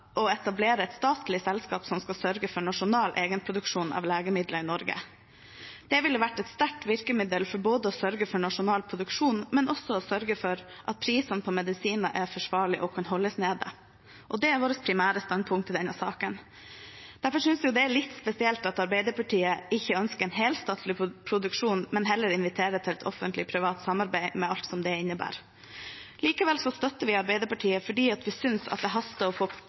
å etablere et statlig selskap som skal sørge for nasjonal egenproduksjon av legemidler i Norge. Det ville vært et sterkt virkemiddel for å sørge for nasjonal produksjon, men også for å sørge for at prisene på medisiner er forsvarlige og kan holdes nede. Det er vårt primære standpunkt i denne saken. Derfor synes jeg det er litt spesielt at Arbeiderpartiet ikke ønsker en helstatlig produksjon, men heller inviterer til et offentlig-privat samarbeid med alt det innebærer. Likevel støtter vi Arbeiderpartiet fordi vi synes det haster å få